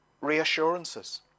reassurances